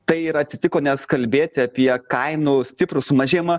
tai ir atsitiko nes kalbėti apie kainų stiprų sumažėjimą